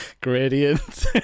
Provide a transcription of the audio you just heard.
gradient